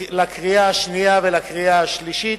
לקריאה השנייה ולקריאה השלישית.